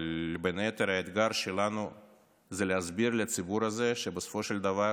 אבל בין היתר האתגר שלנו הוא להסביר לציבור הזה שבסופו של דבר